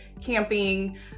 camping